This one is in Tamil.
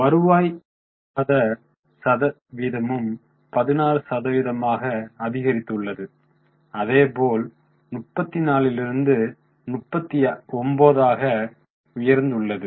வருவாய் ஈட்டாத சதவீதமும் 16 சதவீதமாக அதிகரித்துள்ளது அதேபோல் 34 லிருந்து 39 ஆக உயர்ந்து உள்ளது